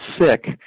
sick